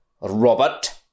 Robert